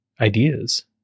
ideas